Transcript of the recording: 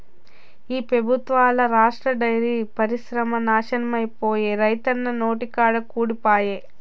ఈ పెబుత్వంల రాష్ట్ర డైరీ పరిశ్రమ నాశనమైపాయే, రైతన్నల నోటికాడి కూడు పాయె